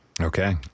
Okay